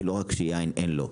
כי לא רק שיין אין לו,